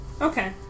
Okay